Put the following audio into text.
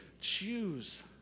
Choose